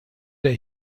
der